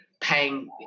paying